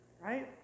right